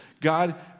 God